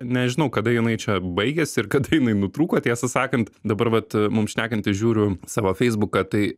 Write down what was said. nežinau kada jinai čia baigėsi ir kad jinai nutruko tiesą sakant dabar vat mum šnekantis žiūriu savo feisbuką tai